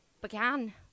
began